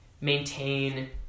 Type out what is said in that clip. maintain